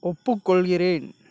ஒப்புக்கொள்கிறேன்